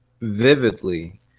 vividly